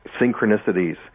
synchronicities